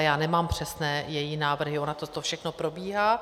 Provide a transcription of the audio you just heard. Já nemám přesné její návrhy, jak to všechno probíhá.